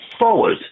forward